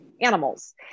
animals